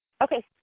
Okay